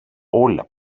όλα